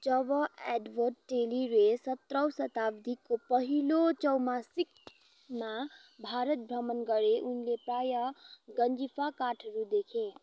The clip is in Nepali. जब एडवर्ड टेरीले सत्रौँ शताब्दीको पहिलो चौमासिकमा भारत भ्रमण गरे उनले प्राय गन्जिफा कार्डहरू देखे